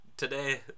today